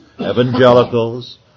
evangelicals